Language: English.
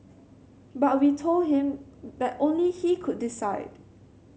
but we told him that only he could decide